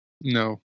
No